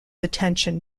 attention